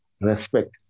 respect